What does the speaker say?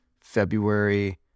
February